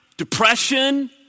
Depression